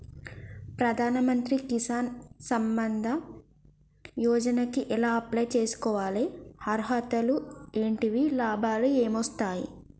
ప్రధాన మంత్రి కిసాన్ సంపద యోజన కి ఎలా అప్లయ్ చేసుకోవాలి? అర్హతలు ఏంటివి? లాభాలు ఏమొస్తాయి?